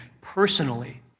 personally